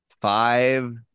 five